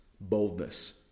boldness